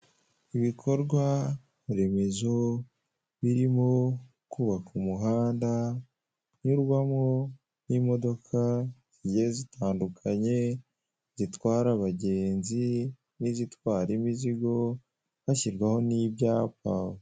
Ibikorwa remezo birimo kubaka umuhanda unyurwamo n' imodoka zigiye zitandukanye zitwara abagenzi n' izitwara imizigo hashyirwaho n' ibyapa.